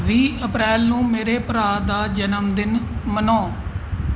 ਵੀਹ ਅਪ੍ਰੈਲ ਨੂੰ ਮੇਰੇ ਭਰਾ ਦਾ ਜਨਮਦਿਨ ਮਨੋ